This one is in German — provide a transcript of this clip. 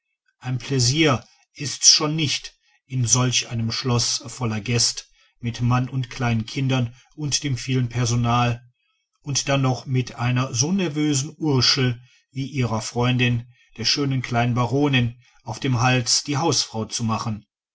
ein pläsier ist's schon nicht in solch einem schloß voller gäst mit mann und kleinen kindern und dem vielen personal und dann noch mit einer so nervösen urschel wie ihrer freundin der schönen kleinen baronin auf dem hals die hausfrau zu machen